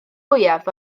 fwyaf